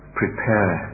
prepare